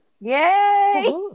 Yay